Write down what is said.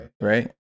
Right